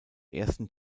ersten